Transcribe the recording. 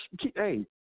Hey